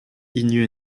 hiziv